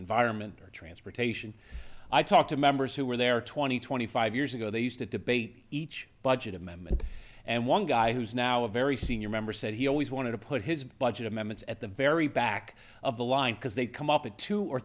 environment transportation i talked to members who were there twenty twenty five years ago they used to debate each budget amendment and one guy who's now a very senior member said he always wanted to put his budget amendments at the very back of the line because they come up at two or